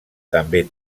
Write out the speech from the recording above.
també